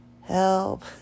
help